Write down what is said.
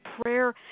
Prayer